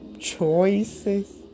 choices